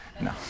No